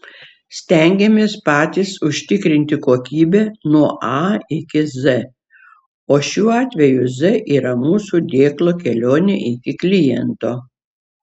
stengiamės patys užtikrinti kokybę nuo a iki z o šiuo atveju z yra mūsų dėklo kelionė iki kliento